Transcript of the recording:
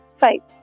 five